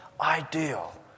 ideal